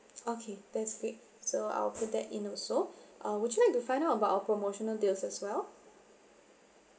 okay that's great so I will put that in also uh would you like to find out about our promotional deals as well